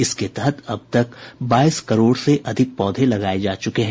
इसके तहत अब तक बाईस करोड़ से ज्यादा पौधे लगाये जा चुके हैं